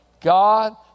God